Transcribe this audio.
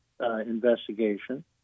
investigation